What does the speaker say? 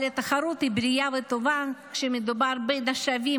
אבל תחרות היא בריאה וטובה כאשר מדובר בתחרות בין שווים,